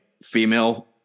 female